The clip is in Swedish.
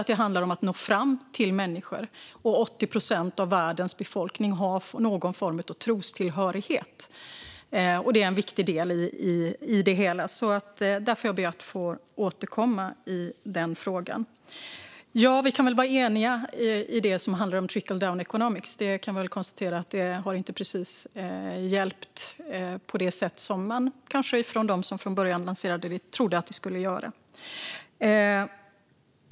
Det handlar om att nå fram till människor, och 80 procent av världens befolkning har någon form av trostillhörighet. Det är en viktig del. Jag ber att få återkomma i den frågan. Vi kan väl vara eniga om att trickle-down economics inte precis har hjälpt på det sätt som man från början lanserade och trodde att det skulle göra.